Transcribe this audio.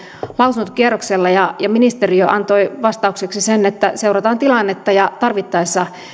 lausuntokierroksella ministeriö antoi vastauksekseen sen että seurataan tilannetta ja tarvittaessa